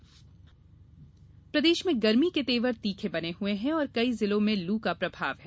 मौसम गर्मी प्रदेश में गर्मी के तेवर तीखे बने हुए हैं और कई जिलों में लू का प्रभाव है